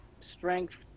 strength